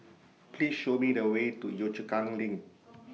Please Show Me The Way to Yio Chu Kang LINK